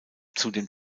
zudem